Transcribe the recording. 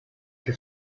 que